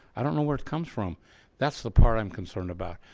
i don't know where it comes from that's the part i'm concerned about.